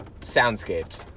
soundscapes